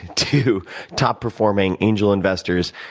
to top-performing angel investors,